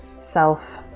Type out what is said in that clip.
self